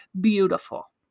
Beautiful